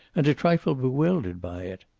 and a trifle bewildered by it.